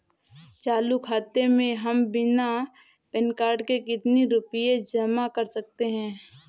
चालू खाता में हम बिना पैन कार्ड के कितनी रूपए जमा कर सकते हैं?